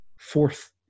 fourth